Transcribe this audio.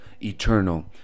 eternal